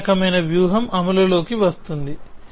అదే రకమైన వ్యూహం అమలులోకి వస్తుంది